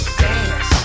dance